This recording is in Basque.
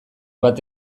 bat